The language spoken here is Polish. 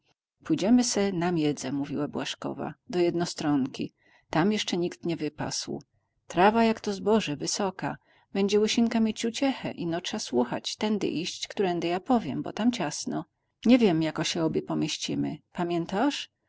pójdziemy se na miedzę mówiła błażkowa do jednostronki tam jeszcze nikt nie wypasł trawa jak to zboże wysoka bedzie łysinka mieć uciechę ino trza słuchać tędy iść którędy ja powiem bo tam ciasno nie wiem jako się obie pomieścimy pamiętasz